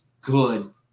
good